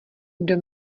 kdo